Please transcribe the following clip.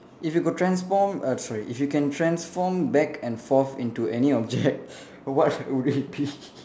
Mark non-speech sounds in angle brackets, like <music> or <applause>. if you could transform err sorry if you can transform back and forth into any object <laughs> what would it be <laughs>